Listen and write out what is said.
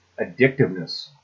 addictiveness